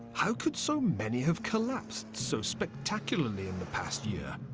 how could so many have collapsed so spectacularly in the past year,